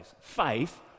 Faith